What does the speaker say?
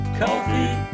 coffee